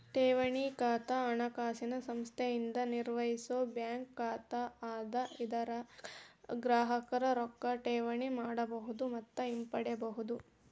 ಠೇವಣಿ ಖಾತಾ ಹಣಕಾಸಿನ ಸಂಸ್ಥೆಯಿಂದ ನಿರ್ವಹಿಸೋ ಬ್ಯಾಂಕ್ ಖಾತಾ ಅದ ಇದರಾಗ ಗ್ರಾಹಕರು ರೊಕ್ಕಾ ಠೇವಣಿ ಮಾಡಬಹುದು ಮತ್ತ ಹಿಂಪಡಿಬಹುದು